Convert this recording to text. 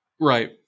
right